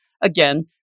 again